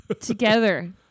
together